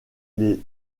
les